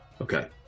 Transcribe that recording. okay